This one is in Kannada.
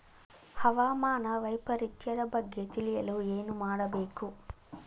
ಹವಾಮಾನ ವೈಪರಿತ್ಯದ ಬಗ್ಗೆ ತಿಳಿಯಲು ಏನು ಮಾಡಬೇಕು?